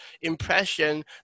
impression